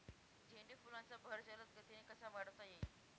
झेंडू फुलांचा बहर जलद गतीने कसा वाढवता येईल?